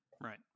Right